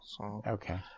Okay